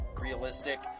realistic